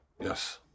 Yes